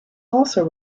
also